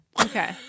Okay